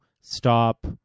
stop